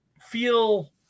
feel